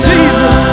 Jesus